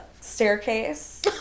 staircase